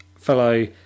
fellow